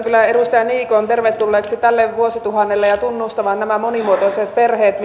kyllä edustaja niikon tervetulleeksi tälle vuosituhannelle ja tunnustamaan nämä monimuotoiset perheet